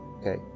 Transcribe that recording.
Okay